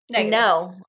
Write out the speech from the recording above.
no